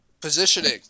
Positioning